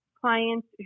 clients